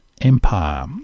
empire